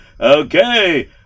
Okay